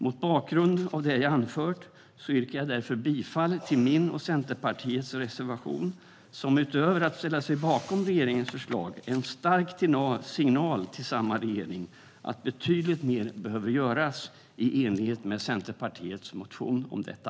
Mot bakgrund av det jag anfört yrkar jag bifall till min och Centerpartiets reservation, som utöver att ställa sig bakom regeringens förslag är en stark signal till samma regering att betydligt mer behöver göras, i enlighet med Centerpartiets motion om detta.